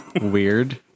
weird